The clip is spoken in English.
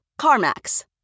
CarMax